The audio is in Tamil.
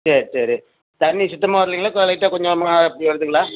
சரி சரி தண்ணி சுத்தமாக வர்லைங்களா கொ லைட்டாக கொஞ்சம்மா அப்படி வருதுங்களா